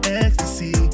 ecstasy